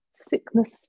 sickness